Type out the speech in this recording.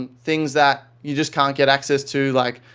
and things that you just can't get access to. like,